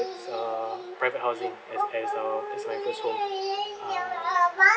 uh private housing as as a as my first home uh